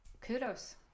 kudos